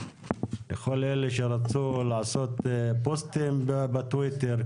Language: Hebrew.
לכל אלה שרצו לעשות פוסטים בטוויטר,